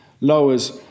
lowers